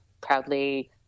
proudly